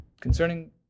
concerning